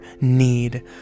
need